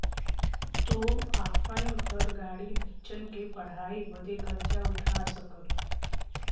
तू आपन घर, गाड़ी, बच्चन के पढ़ाई बदे कर्जा उठा सकला